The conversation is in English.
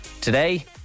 Today